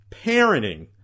parenting